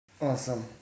Awesome